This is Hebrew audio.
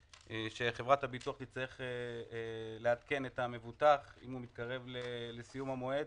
שחברת הביטוח תצטרך לעדכן את המבוטח אם הוא מתקרב לסיום המועד,